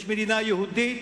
יש מדינה יהודית,